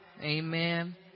Amen